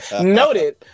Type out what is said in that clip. Noted